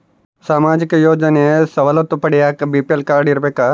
ಸಾಮಾಜಿಕ ಯೋಜನೆ ಸವಲತ್ತು ಪಡಿಯಾಕ ಬಿ.ಪಿ.ಎಲ್ ಕಾಡ್೯ ಇರಬೇಕಾ?